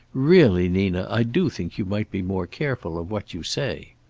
really, nina, i do think you might be more careful of what you say.